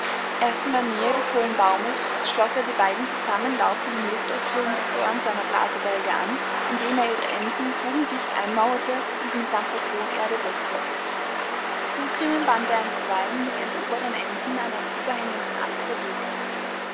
erst in der nähe des hohlen baumes schloß er die beiden zusammenlaufenden luftausführungsröhren seiner blasebälge an indem er ihre enden fugendicht einmauerte und mit nasser tonerde deckte die zugriemen band er einstweilen mit ihren oberen enden an einen überhängenden ast